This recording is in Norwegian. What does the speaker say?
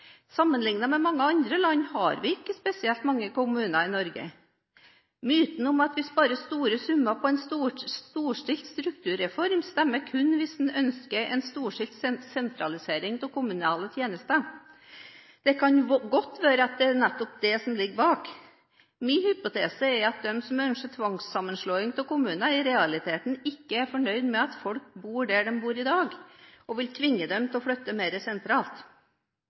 Sammenlignet med mange andre land har vi ikke spesielt mange kommuner i Norge. Myten om at vi vil spare store summer på en storstilt strukturreform, stemmer kun hvis man ønsker en storstilt sentralisering av kommunale tjenester. Det kan godt være at det er nettopp det som ligger bak. Min hypotese er at de som ønsker tvangssammenslåing av kommuner, i realiteten ikke er fornøyd med at folk bor der de bor i dag, og vil tvinge dem til å flytte mer sentralt.